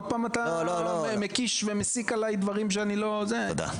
עוד פעם אתה מקיש ומסיק עליי דברים שאני לא זה?